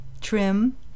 trim